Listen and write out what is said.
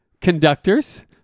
conductors